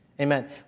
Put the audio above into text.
amen